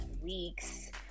weeks